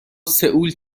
سئول